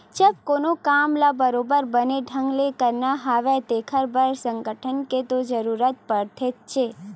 जब कोनो काम ल बरोबर बने ढंग ले करना हवय तेखर बर संगठन के तो जरुरत पड़थेचे